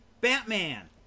Batman